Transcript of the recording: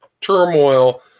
Turmoil